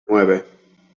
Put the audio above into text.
nueve